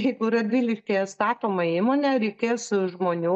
jeigu radviliškyje statoma įmonė reikės žmonių